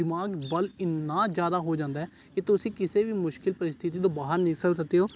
ਦਿਮਾਗ ਬਲ ਇੰਨਾਂ ਜ਼ਿਆਦਾ ਹੋ ਜਾਂਦਾ ਕਿ ਤੁਸੀਂ ਕਿਸੇ ਵੀ ਮੁਸ਼ਕਿਲ ਪ੍ਰਸਥਿਤੀ ਤੋਂ ਬਾਹਰ ਨਹੀਂ ਸ ਸਕਦੇ ਹੋ